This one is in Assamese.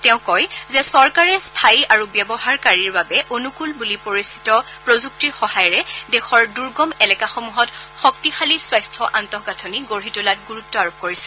তেওঁ কয় যে চৰকাৰে স্থায়ী আৰু ব্যৱহাৰকাৰীৰ বাবে অনুকূল বুলি পৰিচিত প্ৰযুক্তিৰ সহায়েৰে দেশৰ দুৰ্গম এলেকাসমূহত শক্তিশালী স্বাস্থ্য আন্তঃগাঁথনি গঢ়ি তোলাত গুৰুত্ব আৰোপ কৰিছে